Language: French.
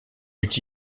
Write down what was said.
eût